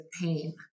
pain